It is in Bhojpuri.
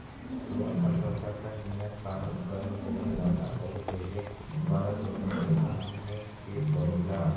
लोन समझौता क नियम कानून कर्ज़ लेवे वाला आउर देवे वाला दोनों के माने क पड़ला